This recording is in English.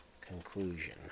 conclusion